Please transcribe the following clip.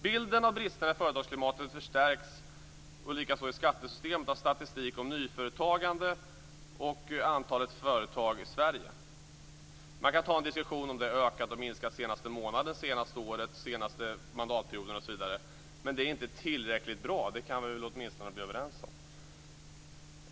Bilden av det bristande företagsklimatet och skattesystemet förstärks av statistik om nyföretagande och antalet företag i Sverige. Man kan diskutera om det har ökat eller minskat den senaste månaden, det senaste året, den senaste mandatperioden osv., men att det inte är tillräckligt bra kan vi väl åtminstone vara överens om.